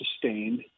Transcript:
sustained